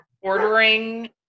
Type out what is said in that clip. ordering